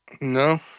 No